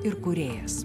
ir kūrėjas